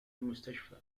المستشفى